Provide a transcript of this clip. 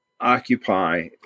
Occupy